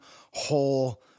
whole